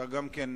אתה גם מוותר.